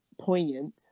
poignant